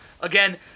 again